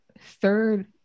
third